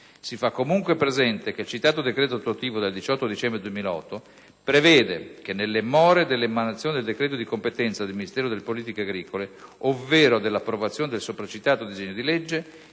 Si fa, comunque, presente che il citato decreto attuativo del 18 dicembre 2008 prevede che, nelle more dell'emanazione del decreto di competenza del Ministro delle politiche agricole, ovvero dell'approvazione del sopraccitato disegno di legge,